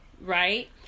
right